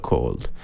Cold